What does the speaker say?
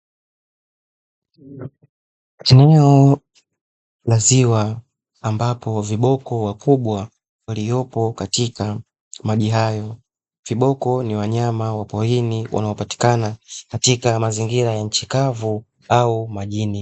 Chininyo na ziwa ambapo viboko wa kubwa walio katika maji hayo, viboko ni wanyama wa porini wanaopatikana nchi kavu au maji I.